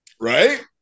Right